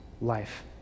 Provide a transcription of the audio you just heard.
life